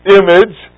image